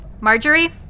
Marjorie